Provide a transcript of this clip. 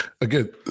Again